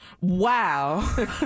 wow